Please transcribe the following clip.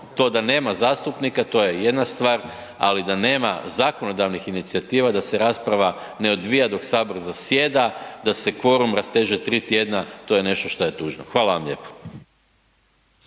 to da nema zastupnika, to je jedna stvar, ali da nema zakonodavnih inicijativa da se rasprava ne odvija dok sabor zasjeda, da se kvorum rasteže tri tjedna, to je nešto šta je tužno. Hvala vam lijepo.